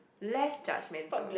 less judgmental